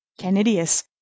Canidius